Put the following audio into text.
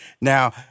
Now